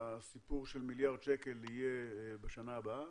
הסיפור של מיליארד שקל יהיה בשנה הבאה,